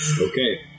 Okay